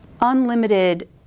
unlimited